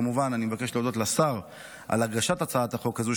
כמובן אני מבקש להודות לשר על הגשת הצעת החוק הזאת,